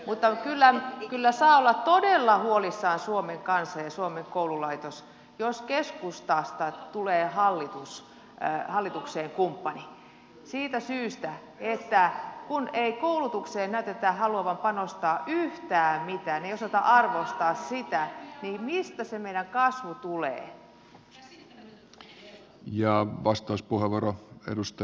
mutta kyllä saa olla todella huolissaan suomen kansa ja suomen koululaitos jos keskustasta tulee hallitukseen kumppani siitä syystä että kun ei koulutukseen näytetä haluavan panostaa yhtään mitään ei osata arvostaa sitä niin mistä se meidän kasvu tulee